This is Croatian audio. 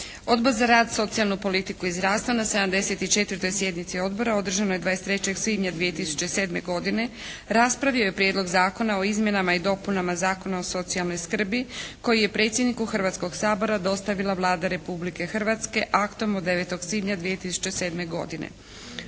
Odbor za rad, socijalnu politiku i zdravstvo na 74. sjednici odbora održanoj 23. svibnja 2007. godine raspravio je Prijedlog zakona o izmjenama i dopunama Zakona o socijalnoj skrbi koji je predsjedniku Hrvatskog sabora dostavila Vlade Republike Hrvatske aktom od 9. svibnja 2007. godine.